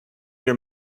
your